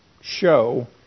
show